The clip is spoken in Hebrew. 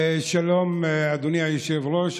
שלום, אדוני היושב-ראש.